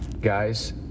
Guys